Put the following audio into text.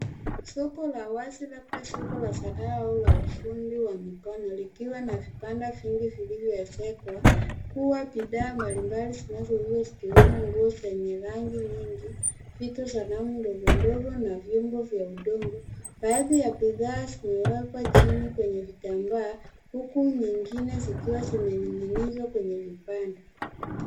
Soko la wazi labda soko la sanaa au la ufundi wa mikono likiwa na vibanda vingi vilivyo ezekwa kuwa bidhaa mbalimbali zinazo uzwa zikiwemo nguo zenye rangi nyingi. Vitu za ramu ndogo ndogo na viumba vya udongo. Baadhi ya bidhaa zime wekwa chini kwenye vitambaa huku nyingine zikiwa zimeninginizwa kwenye vibanda.